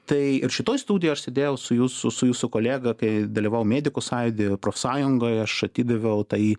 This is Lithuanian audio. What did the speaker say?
tai ir šitoj studijoj aš sėdėjau su jūsų su jūsų kolega kai dalyvau medikus sajūdy profsąjungoj aš atidaviau tai